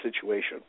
situation